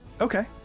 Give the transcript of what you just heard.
okay